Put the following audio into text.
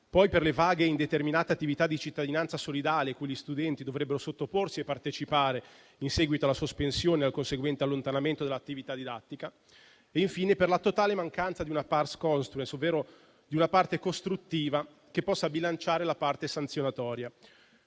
per le vaghe e indeterminate attività di cittadinanza solidale cui gli studenti dovrebbero sottoporsi e partecipare in seguito alla sospensione e al conseguente allontanamento dall'attività didattica. Infine, per la totale mancanza di una *pars construens*, ovvero di una parte costruttiva che possa bilanciare la parte sanzionatoria.